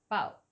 but